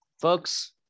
Folks